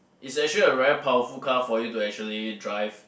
it's actually a very powerful car for you to actually drive